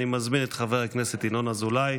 אני מתכבד להזמין את חבר הכנסת ינון אזולאי,